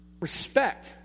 Respect